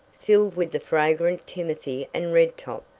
filled with the fragrant timothy and redtop,